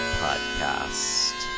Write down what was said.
podcast